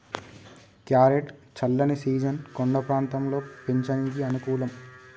carrot చల్లని season కొండ ప్రాంతంలో పెంచనీకి అనుకూలం